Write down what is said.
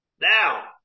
Now